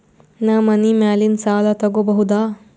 ನಾ ಮನಿ ಮ್ಯಾಲಿನ ಸಾಲ ತಗೋಬಹುದಾ?